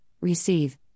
receive